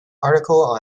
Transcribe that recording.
article